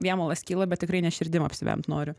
vėmalas kyla bet tikrai ne širdim apsivemt noriu